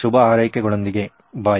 ಶುಭ ಆರೈಕೆಗಳೊಂದಿಗೆ ಬೈ